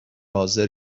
حاضر